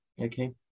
Okay